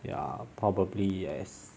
ya probably yes